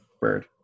Bird